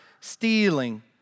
stealing